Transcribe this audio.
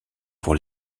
pour